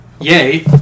yay